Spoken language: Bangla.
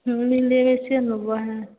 হুম মিলিয়ে মিশে নেবো হ্যাঁ